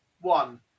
one